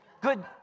Good